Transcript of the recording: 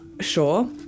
Sure